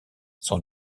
son